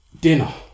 Dinner